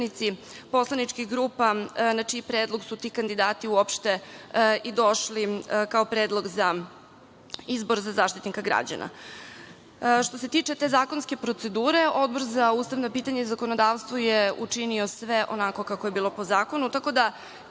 predstavnici poslaničkih grupa na čiji predlog su ti kandidati uopšte i došle kao predlog za izbor za Zaštitnika građana. Što se tiče zakonske procedure Odbor za ustavna pitanja i zakonodavstvo je učinio sve onako kako je bilo po zakonu. Tako da,